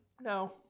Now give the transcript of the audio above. No